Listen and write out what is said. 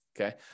Okay